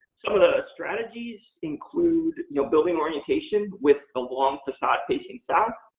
some of the strategies include you know building orientation with the long facade facing south.